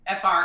FR